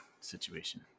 situation